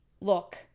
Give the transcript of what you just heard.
look